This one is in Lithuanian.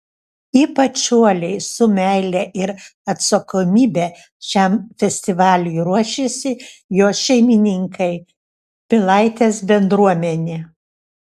ypač uoliai su meile ir atsakomybe šiam festivaliui ruošiasi jo šeimininkai pilaitės bendruomenė